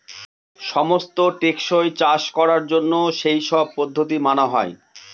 সমস্ত টেকসই চাষ করার জন্য সেই সব পদ্ধতি মানা হয়